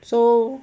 so